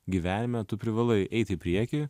gyvenime tu privalai eiti į priekį